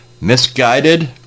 misguided